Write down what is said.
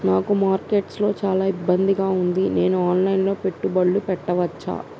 నాకు మార్కెట్స్ లో చాలా ఇబ్బందిగా ఉంది, నేను ఆన్ లైన్ లో పెట్టుబడులు పెట్టవచ్చా?